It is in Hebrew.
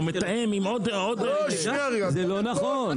הוא מתאם עם עוד --- זה לא נכון,